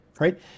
Right